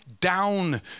down